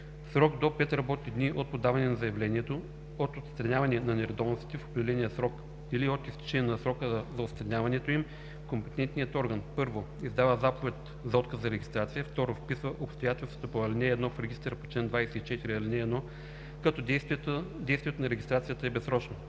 срок до 5 работни дни от подаване на заявлението, от отстраняване на нередовностите в определения срок или от изтичане на срока за отстраняването им компетентният орган: 1. издава заповед за отказ за регистрация; 2. вписва обстоятелствата по ал. 1 в регистъра по чл. 24, ал. 1, като действието на регистрацията е безсрочно.